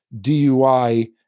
DUI